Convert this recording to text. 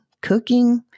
cooking